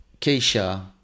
keisha